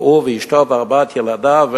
והוא ואשתו וארבעת ילדיו,